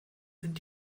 sind